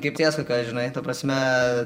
kaip tiesą ką žinai ta prasme